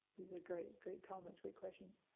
great, great comments, great questions.